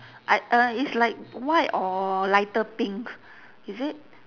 I uh it's like white or lighter pink is it